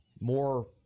more